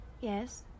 Yes